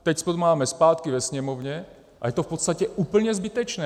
Teď to máme zpátky ve Sněmovně a je to v podstatě úplně zbytečné.